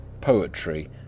Poetry